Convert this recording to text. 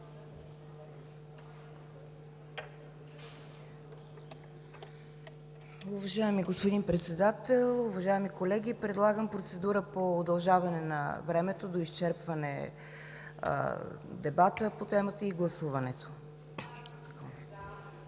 Уважаеми господин Председател, уважаеми колеги, предлагам процедура по удължаване на времето до изчерпване на дебата по темата и гласуването.